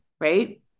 right